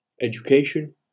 Education